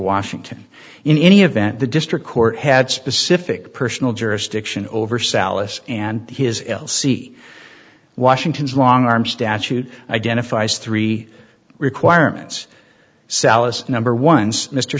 washington in any event the district court had specific personal jurisdiction over salus and his l c washington's long arm statute identifies three requirements sallust number ones mr